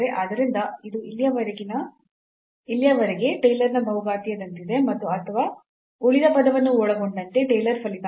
ಆದ್ದರಿಂದ ಇದು ಇಲ್ಲಿಯವರೆಗೆ ಟೇಲರ್ನ ಬಹುಘಾತೀಯ ದಂತಿದೆ ಮತ್ತು ಅಥವಾ ಉಳಿದ ಪದವನ್ನು ಒಳಗೊಂಡಂತೆ ಟೇಲರ್ ಫಲಿತಾಂಶ